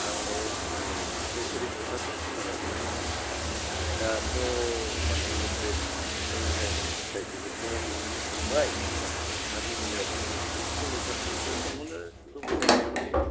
आं नै माने सासे रिपर्टारखौनो माने बुंनांगोन दाथ' माने मेट्रिकनि जाय माने फिथाय बेखौथ' नुनानै थांबाय दा बे बेलायाव माने नोंसोरनि स्कुलनि फारसे एसे सोंहरनो लुबैनायखाय माने